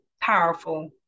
powerful